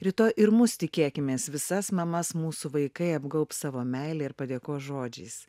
rytoj ir mus tikėkimės visas mamas mūsų vaikai apgaubs savo meile ir padėkos žodžiais